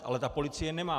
Ale ty policie nemá.